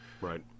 right